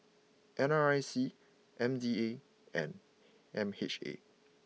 N R I C M D A and M H A